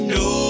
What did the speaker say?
no